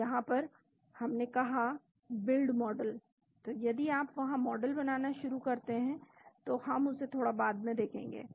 तो यहां पर हमने कहा बिल्ड मॉडल तो यदि आप वहां मॉडल बनाना शुरू करते हैं तो हम उसे थोड़ा बाद में देखेंगे